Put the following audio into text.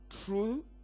true